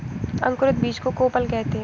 अंकुरित बीज को कोपल कहते हैं